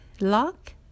lock